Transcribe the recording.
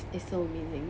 it's so amazing